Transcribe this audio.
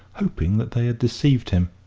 hoping that they had deceived him.